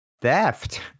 theft